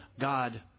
God